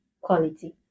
quality